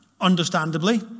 Understandably